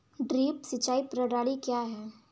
Drip सिंचाई प्रणाली क्या है?